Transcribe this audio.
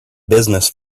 business